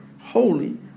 Holy